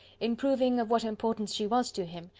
in proving of what importance she was to him,